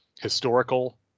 historical